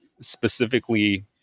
specifically